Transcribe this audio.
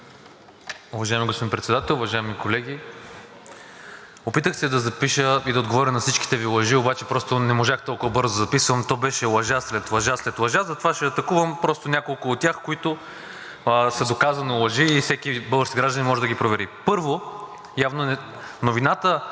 Уважаеми господин Председател, уважаеми колеги! Опитах се да запиша и да отговоря на всичките Ви лъжи, обаче просто не можах толкова бързо да записвам. То беше лъжа след лъжа, след лъжа, затова ще атакувам просто няколко от тях, които са доказано лъжи, и всеки български гражданин може да ги провери. Първо, явно новината и